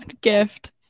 gift